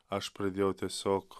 aš pradėjau tiesiog